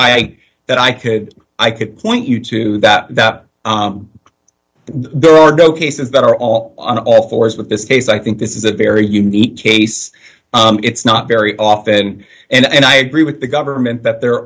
i that i could i could point you to that there are no cases that are all on all fours with this case i think this is a very unique case it's not very often and i agree with the government that there